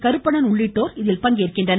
கருப்பணன் உள்ளிட்டோர் பங்கேற்கின்றனர்